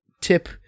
tip